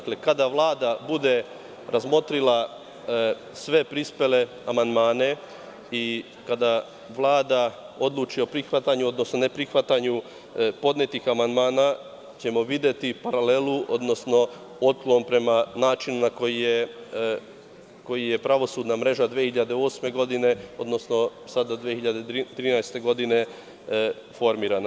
Kada Vlada bude razmotrila sve prispele amandmane i kada Vlada odluči o prihvatanju, odnosno ne prihvatanju podnetih amandmana, videćemo paralelu, odnosno otklon prema načinu na koji je pravosudna mreža 2008. godine, odnosno sada 2013. godine formirana.